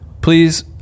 please